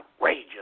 outrageous